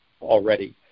already